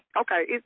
Okay